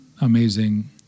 amazing